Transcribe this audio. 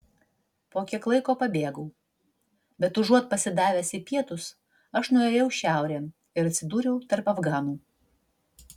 po kiek laiko pabėgau bet užuot pasidavęs į pietus aš nuėjau šiaurėn ir atsidūriau tarp afganų